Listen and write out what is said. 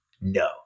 No